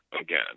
again